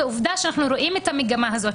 ועובדה שאנחנו רואים את המגמה הזאת,